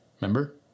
Remember